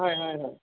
হয় হয় হয়